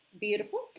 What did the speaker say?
beautiful